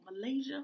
Malaysia